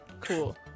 Cool